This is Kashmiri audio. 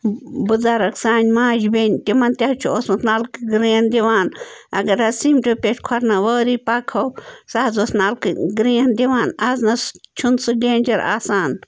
بُزرٕگ سانہِ ماجہِ بیٚنہِ تِمَن تہِ حظ چھُ اوسمُت نَلکہٕ گرٛین دِوان اگر حظ سیٖمٹہٕ پٮ۪ٹھ کھۄر نَوٲری پکہو سُہ حظ اوس نلکہٕ گرٛین دِوان آز نَہ حظ چھُنہٕ سُہ ڈینجر آسان